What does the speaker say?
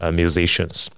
musicians